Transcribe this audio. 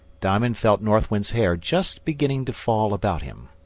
diamond felt north wind's hair just beginning to fall about him.